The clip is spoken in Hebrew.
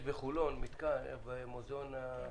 יש בחולון מתקן, מוזיאון,